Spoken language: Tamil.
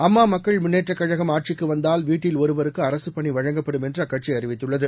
அம்மாமக்கள் முன்னேற்றக் கழகம் ஆட்சிக்குவந்தால் வீட்டில் ஒருவருக்குஅரசுபணிவழங்கப்படும் என்றுஅக்கட்சிஅறிவித்துள்ளது